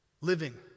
living